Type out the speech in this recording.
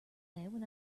when